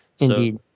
Indeed